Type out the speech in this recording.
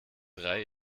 drei